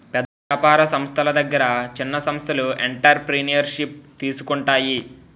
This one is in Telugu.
పెద్ద వ్యాపార సంస్థల దగ్గర చిన్న సంస్థలు ఎంటర్ప్రెన్యూర్షిప్ తీసుకుంటాయి